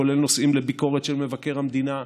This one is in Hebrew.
כולל נושאים לביקורת של מבקר המדינה,